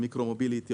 ה-micro mobility,